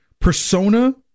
persona